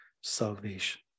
salvation